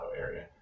area